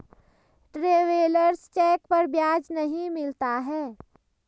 travellers cheque पर ब्याज नहीं मिलता है